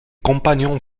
compagnons